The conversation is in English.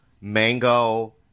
mango